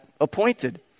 appointed